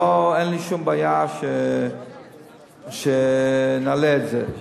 אין לי שום בעיה שנעלה את זה,